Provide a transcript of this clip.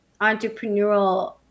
entrepreneurial